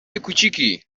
کوچیکی